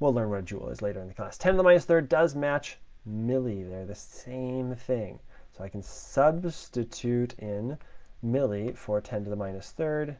we'll learn what a joule is later in the class. ten the minus third does match milli. they're the same thing. so i can substitute in milli for ten to the minus third